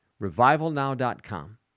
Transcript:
RevivalNow.com